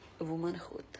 womanhood